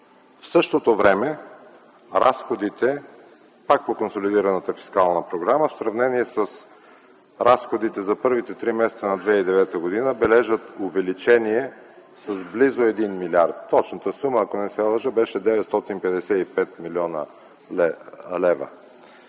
В същото време разходите пак по консолидираната фискална програма, в сравнение с разходите за първите три месеца на 2009 г., бележат увеличение с близо 1 милиард. Точната сума, ако не се лъжа, беше 955 млн. лв.